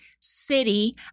city